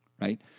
right